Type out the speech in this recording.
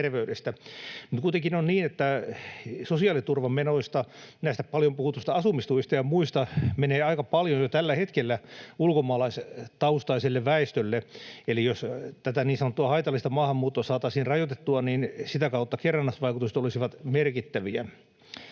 kuitenkin on niin, että sosiaaliturvamenoista, näistä paljon puhutuista asumistuista ja muista, menee aika paljon jo tällä hetkellä ulkomaalaistaustaiselle väestölle. Eli jos tätä niin sanottua haitallista maahanmuuttoa saataisiin rajoitettua, niin sitä kautta kerrannaisvaikutukset olisivat merkittäviä.